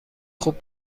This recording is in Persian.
خوب